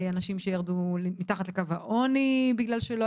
אנשים שירדו מתחת לקו העוני בגלל שלא